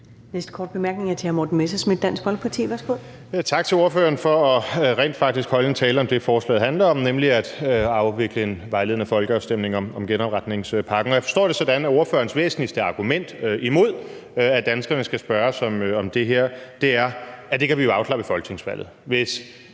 næste korte bemærkning er til hr. Morten Messerschmidt, Dansk Folkeparti. Værsgo. Kl. 21:43 Morten Messerschmidt (DF): Tak til ordføreren for rent faktisk at holde en tale om det, forslaget handler om, nemlig at afvikle en vejledende folkeafstemning om genopretningspakken. Jeg forstår det sådan, at ordførerens væsentligste argument imod, at danskerne skal spørges om det her, er, at det kan vi afklare ved folketingsvalget: